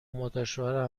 مادرشوهر